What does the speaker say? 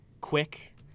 quick